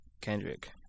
Kendrick